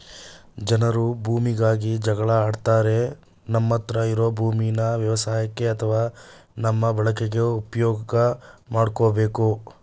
ಜನರು ಭೂಮಿಗಾಗಿ ಜಗಳ ಆಡ್ತಾರೆ ನಮ್ಮತ್ರ ಇರೋ ಭೂಮೀನ ವ್ಯವಸಾಯಕ್ಕೆ ಅತ್ವ ನಮ್ಮ ಬಳಕೆಗೆ ಉಪ್ಯೋಗ್ ಮಾಡ್ಕೋಬೇಕು